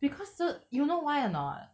because th~ you know why or not